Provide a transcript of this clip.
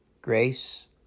grace